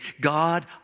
God